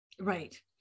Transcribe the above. right